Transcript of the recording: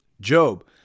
Job